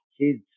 kids